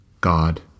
God